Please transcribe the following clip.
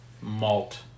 malt